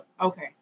Okay